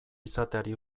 izateari